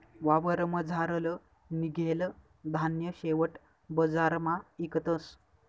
वावरमझारलं निंघेल धान्य शेवट बजारमा इकतस